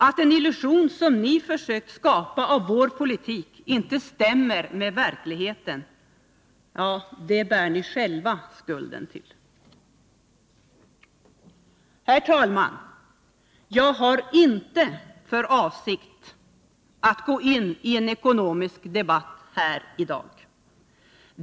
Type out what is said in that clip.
Att den illusion som ni har försökt skapa av vår politik inte stämmer med verkligheten bär ni själva skulden till. Herr talman! Jag har inte för avsikt att gå in i en ekonomisk debatt här i dag.